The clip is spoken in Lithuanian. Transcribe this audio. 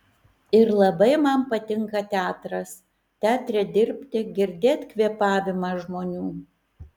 ir labai man patinka teatras teatre dirbti girdėt kvėpavimą žmonių